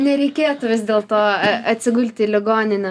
nereikėtų vis dėlto atsigulti į ligoninę